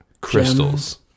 crystals